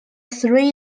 three